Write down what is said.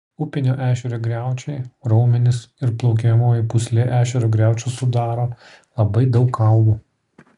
upinio ešerio griaučiai raumenys ir plaukiojamoji pūslė ešerio griaučius sudaro labai daug kaulų